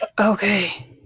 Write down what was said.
Okay